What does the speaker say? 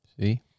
See